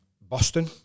Boston